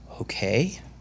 okay